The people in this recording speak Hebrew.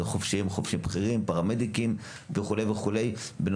חובשים; חובשים בכירים; פרמדיקים וכו' בידע של בריאות הנפש,